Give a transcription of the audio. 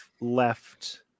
left